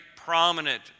prominent